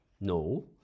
No